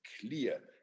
clear